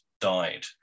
died